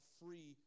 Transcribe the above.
free